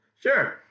Sure